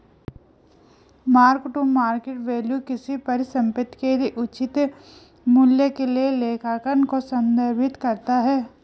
mark to market value किसी परिसंपत्ति के उचित मूल्य के लिए लेखांकन को संदर्भित करता है